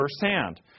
firsthand